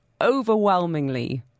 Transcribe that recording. overwhelmingly